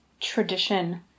tradition